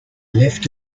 left